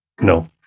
no